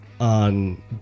on